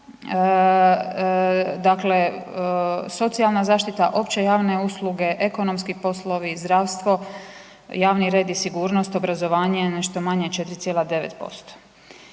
dakle socijalna zaštita, opće javne usluge, ekonomski poslovi, zdravstvo, javni red i sigurnost, obrazovanje nešto manje, 4,9%.